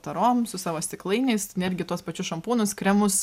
tarom su savo stiklainiais netgi tuos pačius šampūnus kremus